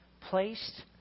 placed